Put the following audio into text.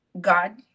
God